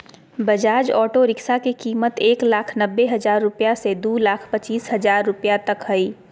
Bajaj auto rickshaw के कीमत एक लाख नब्बे हजार रुपया से दू लाख पचीस हजार रुपया तक हइ